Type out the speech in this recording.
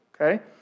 okay